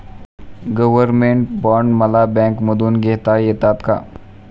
Government bond मला बँकेमधून घेता येतात का?